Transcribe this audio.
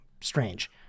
strange